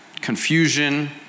confusion